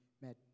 met